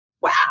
Wow